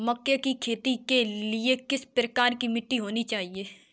मक्के की खेती के लिए किस प्रकार की मिट्टी होनी चाहिए?